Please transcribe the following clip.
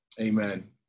Amen